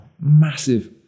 massive